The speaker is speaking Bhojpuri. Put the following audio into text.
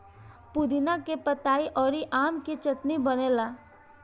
पुदीना के पतइ अउरी आम के चटनी बनेला